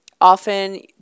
Often